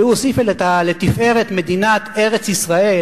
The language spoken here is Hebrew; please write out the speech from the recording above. והוא הוסיף את "לתפארת מדינת ארץ-ישראל"